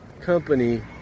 company